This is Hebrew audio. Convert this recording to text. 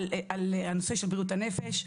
על הנושא של בריאות הנפש.